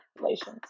Relations